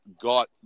got